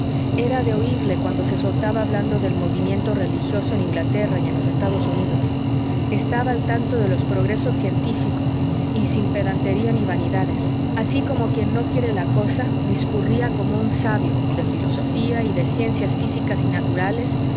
era de oírle cuando se soltaba hablando del movimiento religioso en inglaterra y en los estados unidos estaba al tanto de los progresos científicos y sin pedantería ni vanidades así como quien no quiere la cosa discurría como un sabio de filosofía y de ciencias físicas y naturales